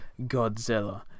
Godzilla